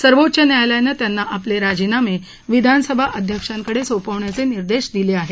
सर्वोच्च न्यायालयानं त्यांना आपले राजीनामे विधानसभा अध्यक्षांकडे सोपविण्याचे निर्देश दिले आहेत